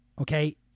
okay